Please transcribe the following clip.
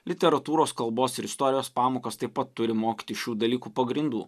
literatūros kalbos ir istorijos pamokos taip pat turi mokyti šių dalykų pagrindų